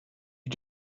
you